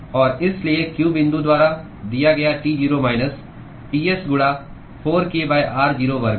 और इसलिए q बिंदु द्वारा दिया गया T0 माइनस Ts गुणा 4 k r0 वर्ग है